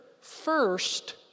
First